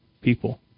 people